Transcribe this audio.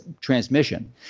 transmission